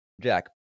Jack